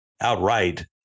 outright